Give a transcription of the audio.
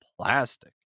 plastic